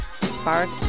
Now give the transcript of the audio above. spark